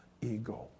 ego